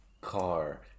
car